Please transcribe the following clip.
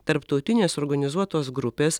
tarptautinės organizuotos grupės